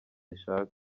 ishaka